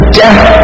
death